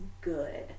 good